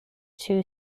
two